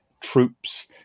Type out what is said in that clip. troops